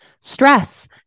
Stress